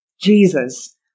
Jesus